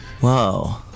Whoa